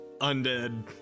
undead